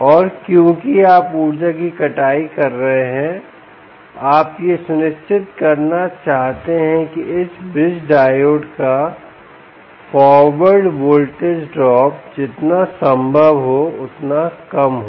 और क्योंकि आप ऊर्जा की कटाई कर रहे हैं आप यह सुनिश्चित करना चाहते हैं कि इस ब्रिज डायोड का फारवर्ड वोल्टेज ड्रॉप जितना संभव हो उतना कम हो